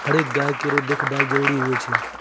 हरेक गाय केरो देखभाल जरूरी होय छै